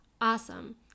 Awesome